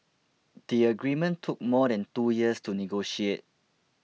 the agreement took more than two years to negotiate